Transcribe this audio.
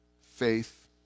faith